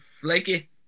flaky